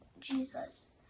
Jesus